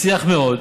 מצליח מאוד.